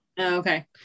okay